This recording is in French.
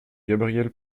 gabriel